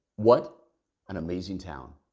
what an amazing town!